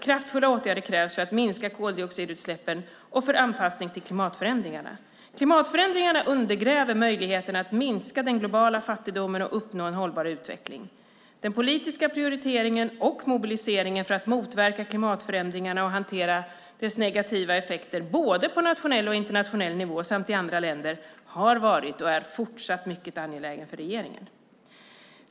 Kraftfulla åtgärder krävs för att minska koldioxidutsläppen och för anpassning till klimatförändringarna. Klimatförändringarna undergräver möjligheterna att minska den globala fattigdomen och uppnå en hållbar utveckling. Den politiska prioriteringen och mobiliseringen för att motverka klimatförändringarna och hantera dess negativa effekter, både på nationell och internationell nivå samt i andra länder, har varit och är fortsatt mycket angelägen för regeringen.